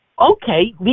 Okay